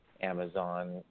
Amazon